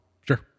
Sure